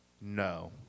no